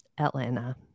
Atlanta